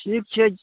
ठीक छै